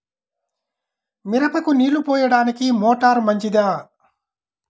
మిరపకు నీళ్ళు పోయడానికి మోటారు మంచిదా?